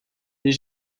les